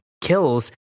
Kills